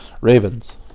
Ravens